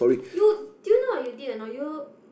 you do you know what you did or not you